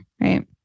Right